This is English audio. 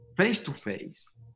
Face-to-face